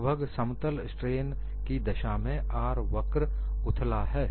लगभग समतल स्ट्रेन की दशा में R वक्र उथला है